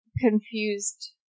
confused